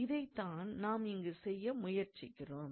இதைத்தான் நாம் இங்கு செய்ய முயற்சிக்கிறோம்